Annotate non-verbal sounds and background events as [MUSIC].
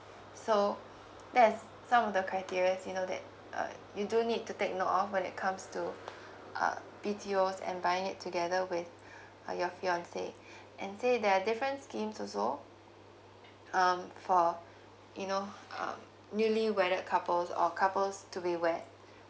so [BREATH] that is some of the criteria you know that uh you do need to take note of when it comes to [BREATH] uh B_T_O and buying it together with [BREATH] uh your fiancé [BREATH] and see there are different schemes also um for [BREATH] you know uh newly wedded couples or couples to be wed